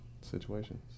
situations